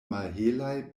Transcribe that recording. malhelaj